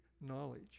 knowledge